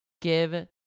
give